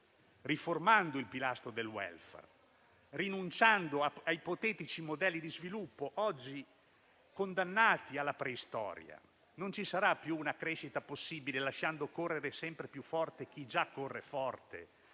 riformando il pilastro del *welfare*, rinunciando a ipotetici modelli di sviluppo oggi condannati alla preistoria. Non ci sarà più una crescita possibile lasciando correre sempre più forte chi già corre forte,